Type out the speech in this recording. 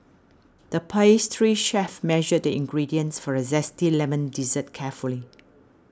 the pastry chef measured the ingredients for a Zesty Lemon Dessert carefully